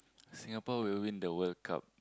Singapore will win the World-Cup